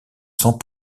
sans